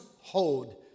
hold